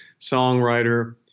songwriter